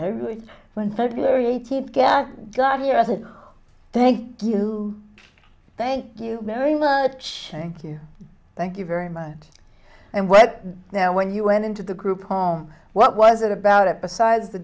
i really when february eighteenth get got here as a thank you thank you very much thank you thank you very much and what now when you went into the group home what was it about it besides the